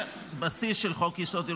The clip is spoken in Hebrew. זה בסיס של חוק-יסוד: